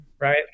right